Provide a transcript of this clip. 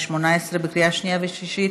התשע"ח 2018, בקריאה שנייה ושלישית.